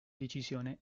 decisione